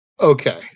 okay